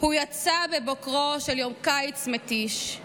"הוא יצא בבוקרו של יום קיץ מתיש /